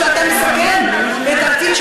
זה נאומים,